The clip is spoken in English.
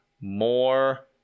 more